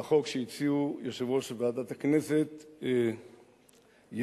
והחוק שהציעו יושב-ראש ועדת הכנסת יריב,